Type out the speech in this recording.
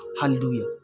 hallelujah